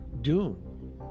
Dune